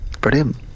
brilliant